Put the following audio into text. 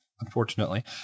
unfortunately